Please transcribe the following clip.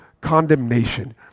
condemnation